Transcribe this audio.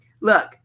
look